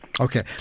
Okay